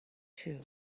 too